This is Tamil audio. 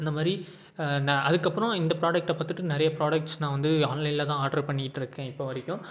அந்தமாதிரி நான் அதுக்கப்புறோம் இந்த ப்ராடக்டை பார்த்துட்டு நிறைய ப்ராடக்ஸ் நான் வந்து ஆன்லைனில் தான் ஆட்ரு பண்ணிகிட்டுருக்கேன் இப்போ வரைக்கும்